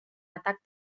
atac